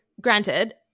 granted